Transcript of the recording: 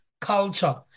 culture